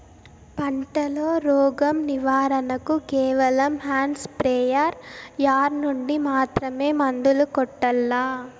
పంట లో, రోగం నివారణ కు కేవలం హ్యాండ్ స్ప్రేయార్ యార్ నుండి మాత్రమే మందులు కొట్టల్లా?